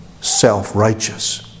self-righteous